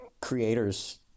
creators